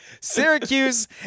Syracuse